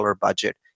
budget